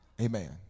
Amen